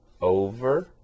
over